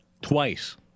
Twice